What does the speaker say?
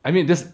I mean just